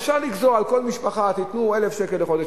אפשר לגזור על כל משפחה: תנו 1,000 שקל לחודש,